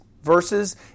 verses